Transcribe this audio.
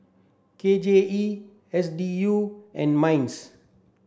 K J E S D U and MINDS